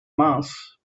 mass